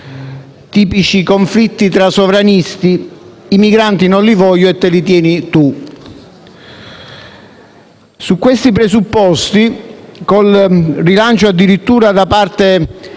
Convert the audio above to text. tipici conflitti tra sovranisti: i migranti non li voglio e te li tieni tu. Su questi presupposti, con il rilancio addirittura da parte